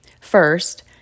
First